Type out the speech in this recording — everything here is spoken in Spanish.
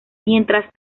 mientras